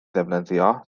ddefnyddio